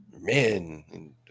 men